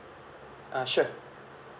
ah sure